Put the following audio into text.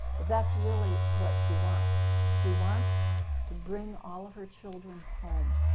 but that's really what she wants she wants to bring all of her children home.